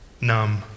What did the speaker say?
numb